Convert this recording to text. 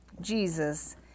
Jesus